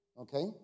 Okay